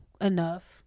enough